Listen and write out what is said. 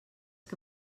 que